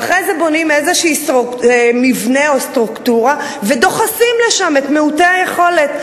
ואחרי זה בונים איזה מבנה או סטרוקטורה ודוחסים לשם את מעוטי היכולת.